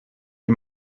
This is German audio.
die